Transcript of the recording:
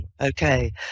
okay